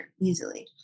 easily